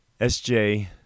SJ